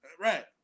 Right